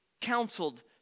counseled